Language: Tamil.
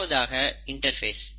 முதலாவதாக இன்டர்பேஸ்